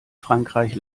frankreich